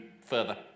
further